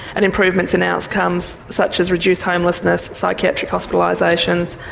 and improvements in outcomes such as recuced homelessness, psychiatric hospitalisations,